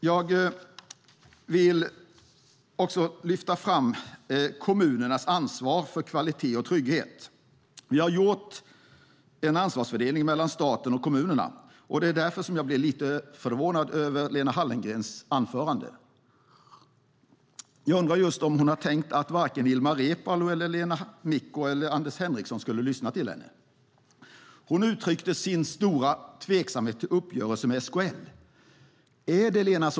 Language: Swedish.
Jag vill också lyfta fram kommunernas ansvar för kvalitet och trygghet. Vi har gjort en ansvarsfördelning mellan staten och kommunerna. Det är därför som jag blir lite förvånad över Lena Hallengrens anförande. Jag undrar just om hon tänkt att varken Ilmar Reepalu, Lena Micko eller Anders Henriksson skulle lyssna till henne. Hon uttryckte sin stora tveksamhet till uppgörelser med SKL. Lena!